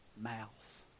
mouth